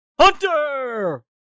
Hunter